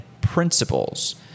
principles